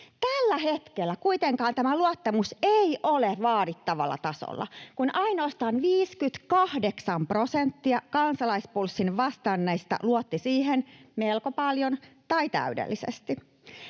Tällä hetkellä kuitenkaan tämä luottamus ei ole vaadittavalla tasolla, kun ainoastaan 58 prosenttia Kansalaispulssiin vastanneista luotti siihen melko paljon tai täydellisesti.